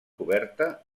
coberta